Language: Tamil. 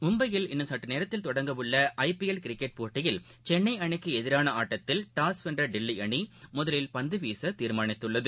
மும்பையில் இன்னும் சற்று நேரத்தில தொடங்கவுள்ள ஐ பி எல் கிரிக்கெட் போட்டியில் சென்னை அணிக்கு எதிரான ஆட்டத்தில் டாஸ் வென்ற டில்லி அணி முதலில் பந்து வீச தீர்மானித்துள்ளது